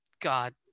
God